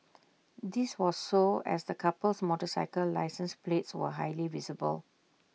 this was so as the couple's motorcycle license plates were highly visible